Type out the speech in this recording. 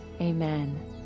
Amen